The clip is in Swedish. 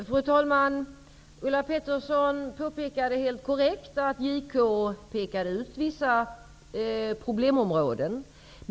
Fru talman! Ulla Pettersson påpekade helt korrekt att JK pekade ut vissa problemområden.